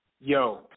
Yo